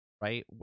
right